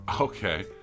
Okay